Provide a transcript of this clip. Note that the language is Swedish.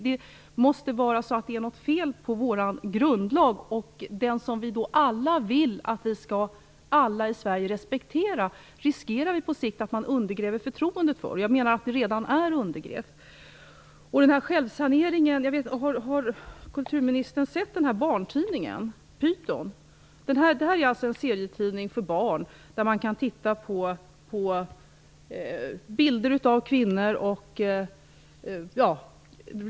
Det måste vara något fel på vår grundlag - den som vi vill att alla i Sverige skall respektera. Vi riskerar på sikt att undergräva förtroendet för den, och jag menar att det redan är undergrävt. När det gäller självsanering undrar jag om kulturministern har sett serietidningen Pyton, som är för barn och där det finns bilder av kvinnor.